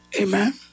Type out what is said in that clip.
Amen